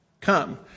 come